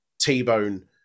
T-Bone